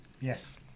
Yes